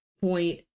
point